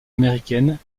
américaines